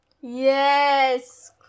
Yes